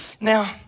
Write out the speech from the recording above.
Now